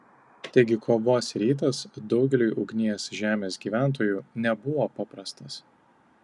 taigi kovos rytas daugeliui ugnies žemės gyventojų nebuvo paprastas